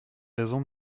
raison